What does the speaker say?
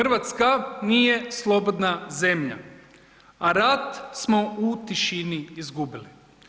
RH nije slobodna zemlja, a rat smo u tišini izgubili.